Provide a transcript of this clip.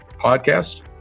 podcast